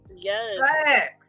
Yes